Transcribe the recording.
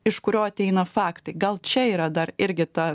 iš kurio ateina faktai gal čia yra dar irgi ta